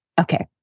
Okay